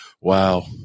Wow